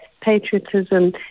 patriotism